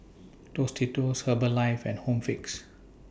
Tostitos Herbalife and Home Fix